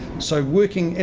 so, working, and